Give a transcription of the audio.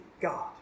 God